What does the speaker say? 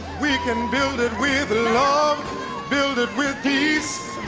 we can build it with love build it with peace,